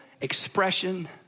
expression